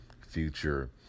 future